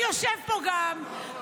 הוא יושב פה גם,